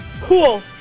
cool